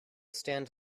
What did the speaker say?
stand